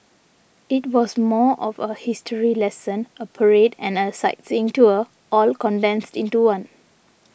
it was more of a history lesson a parade and a sightseeing tour all condensed into one